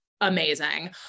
amazing